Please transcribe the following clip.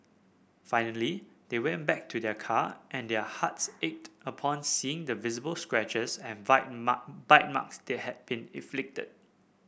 finally they went back to their car and their hearts ached upon seeing the visible scratches and bite bite marks that had been inflicted